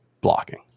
blocking